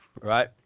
right